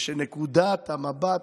ושנקודת המבט,